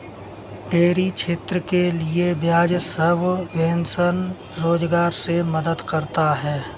dairy क्षेत्र के लिये ब्याज सबवेंशन रोजगार मे मदद करता है